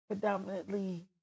predominantly